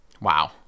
wow